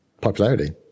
popularity